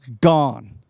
gone